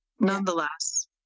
nonetheless